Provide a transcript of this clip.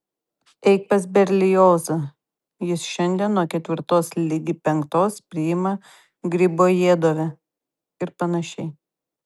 eik pas berliozą jis šiandien nuo ketvirtos ligi penktos priima gribojedove ir panašiai